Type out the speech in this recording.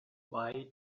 why